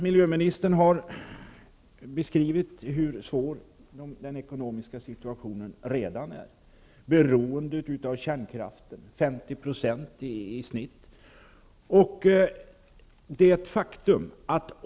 Miljöministern har beskrivit hur svår den ekonomiska situationen redan är -- beroendet av kärnkraften är i snitt 50 %.